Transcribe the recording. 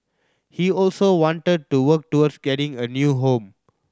he also wanted to work towards getting a new home